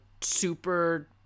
super